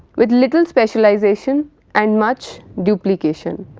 with little specialisation and much duplication.